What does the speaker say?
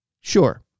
Sure